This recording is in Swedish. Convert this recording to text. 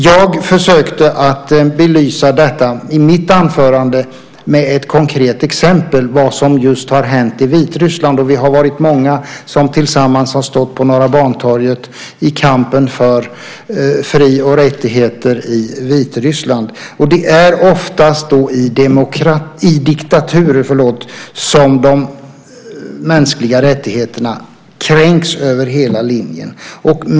Jag försökte att belysa detta i mitt anförande med ett konkret exempel, det som just har hänt i Vitryssland. Vi är många som tillsammans har stått på Norrmalmstorg i kampen för fri och rättigheter i Vitryssland. Det är oftast i diktaturer som de mänskliga rättigheterna kränks över hela linjen.